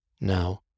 Now